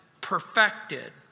perfected